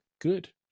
good